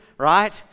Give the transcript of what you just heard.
right